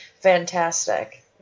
fantastic